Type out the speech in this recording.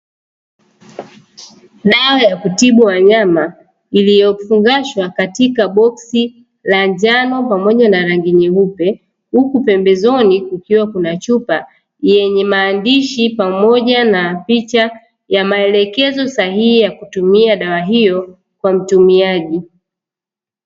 Dawa ya kutibu wanyama iliyofungashwa katika boksi la njano pamoja na rangi nyeupe, huku pembezoni kukiwa na chupa yenye maandishi pamoja na picha ya maelekezo sahihi ya kutumia dawa hiyo kwa mtumiaji.